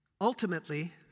ultimately